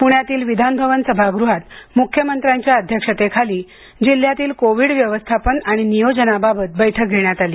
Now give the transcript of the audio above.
पुण्यातील विधानभवन सभागृहात मुख्यमंत्र्यांच्या अध्यक्षतेखाली जिल्ह्यातील कोविड व्यवस्थापन आणि नियोजनाबाबत बैठक घेण्यात आली